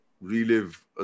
relive